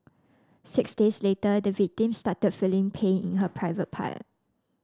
six days later the victim started feeling pain in her private part